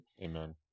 Amen